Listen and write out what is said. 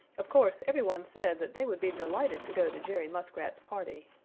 of course every one said that they would be delighted to go to jerry muskrat's party.